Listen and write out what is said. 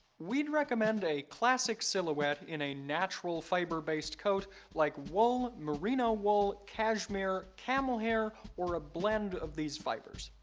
we'd recommend a classic silhouette in a natural fiber based coat like wool, merino wool, cashmere, camel hair, or a blend of these fibers.